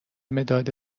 مداد